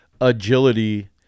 agility